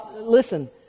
listen